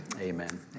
Amen